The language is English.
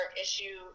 issue